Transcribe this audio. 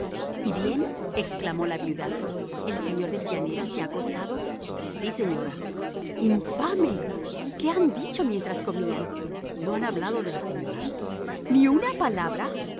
y bien exclamó la viuda el señor de villanera se ha acostado sí señora infame qué han dicho mientras comían no han hablado de la señora ni una palabra